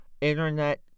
internet